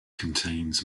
contains